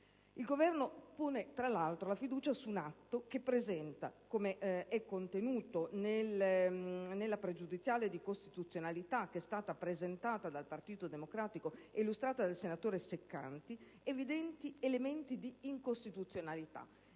Il Governo, tra l'altro, pone la fiducia su un atto che presenta, com'è sottolineato nella pregiudiziale di costituzionalità presentata dal Partito Democratico e illustrata dal senatore Ceccanti, evidenti elementi di costituzionalità,